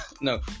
No